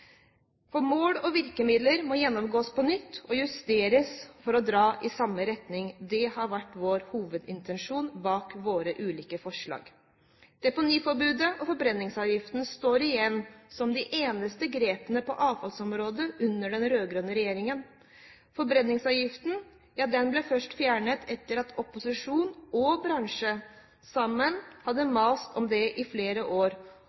Mål og virkemidler må gjennomgås på nytt og justeres, for å dra i samme retning. Det har vært vår hovedintensjon bak våre ulike forslag. Deponiforbudet og forbrenningsavgiften står igjen som de eneste grepene på avfallsområdet under den rød-grønne regjeringen. Forbrenningsavgiften ble først fjernet etter at opposisjonen og bransjen sammen hadde mast om det i flere år.